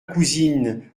cousine